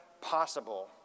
possible